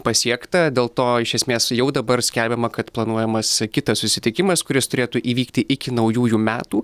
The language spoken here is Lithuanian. pasiekta dėl to iš esmės jau dabar skelbiama kad planuojamas kitas susitikimas kuris turėtų įvykti iki naujųjų metų